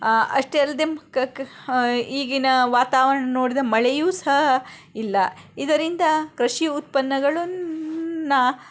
ಅಷ್ಟೇ ಅಲ್ಲದೆ ಈಗಿನ ವಾತಾವರಣ ನೋಡಿದ ಮಳೆಯೂ ಸಹ ಇಲ್ಲ ಇದರಿಂದ ಕೃಷಿ ಉತ್ಪನ್ನಗಳನ್ನ